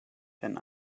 denn